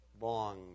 long